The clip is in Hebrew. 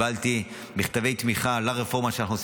קיבלתי מכתבי תמיכה ברפורמה שאנחנו עושים